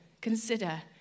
consider